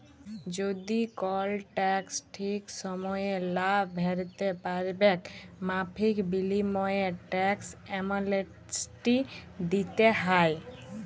যদি কল টেকস ঠিক সময়ে লা ভ্যরতে প্যারবেক মাফীর বিলীময়ে টেকস এমলেসটি দ্যিতে হ্যয়